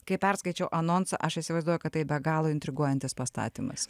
kai perskaičiau anonsą aš įsivaizduoju kad tai be galo intriguojantis pastatymas